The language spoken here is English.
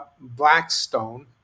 Blackstone